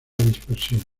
dispersión